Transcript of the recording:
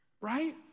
right